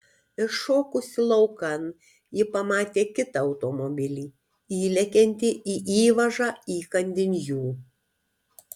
iššokusi laukan ji pamatė kitą automobilį įlekiantį į įvažą įkandin jų